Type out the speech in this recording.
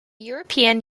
european